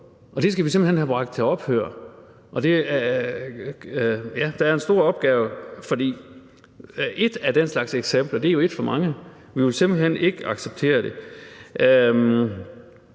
Det skal vi simpelt hen have bragt til ophør. Og ja, der er en stor opgave, for bare ét af den slags eksempler er jo et for mange. Vi vil simpelt hen ikke acceptere det.